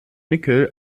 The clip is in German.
nickel